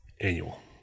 annual